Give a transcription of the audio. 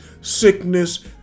sickness